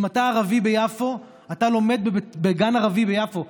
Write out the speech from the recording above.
אם אתה ערבי ביפו אתה לומד בגן ערבי ביפו,